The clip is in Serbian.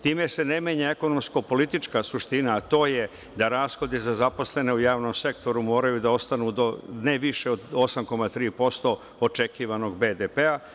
Time se ne menja ekonomsko-politička suština, a to je da rashodi za zaposlene u javnom sektoru moraju da ostanu ne više od 8,3% očekivanog BDP.